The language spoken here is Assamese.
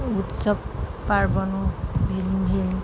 উৎসৱ পাৰ্বণো ভিন ভিন